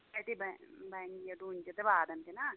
تتی بہ بَنہِ ڈوٗنۍ تہِ تہِ بادَم تہِ نہ